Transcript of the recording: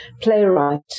playwright